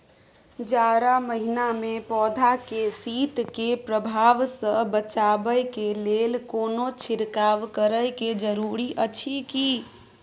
जारा महिना मे पौधा के शीत के प्रभाव सॅ बचाबय के लेल कोनो छिरकाव करय के जरूरी अछि की?